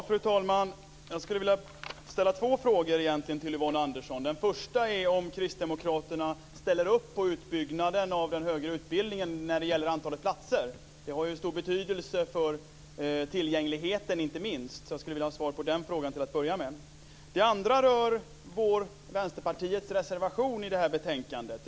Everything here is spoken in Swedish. Fru talman! Jag skulle egentligen vilja ställa två frågor till Yvonne Andersson. Den första är: Ställer kristdemokraterna upp på utbyggnaden av den högre utbildningen när det gäller antalet platser? Det har ju stor betydelse inte minst för tillgängligheten. Jag skulle till att börja med vilja ha svar på den frågan. Den andra frågan rör Vänsterpartiets reservation i det här betänkandet.